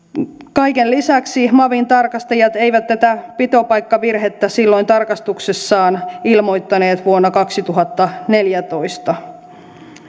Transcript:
kaiken lisäksi mavin tarkastajat eivät tätä pitopaikkavirhettä silloin tarkastuksessaan ilmoittaneet vuonna kaksituhattaneljätoista